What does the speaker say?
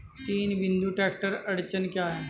तीन बिंदु ट्रैक्टर अड़चन क्या है?